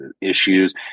issues